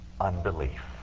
unbelief